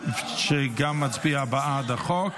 שגם מצביע בעד החוק.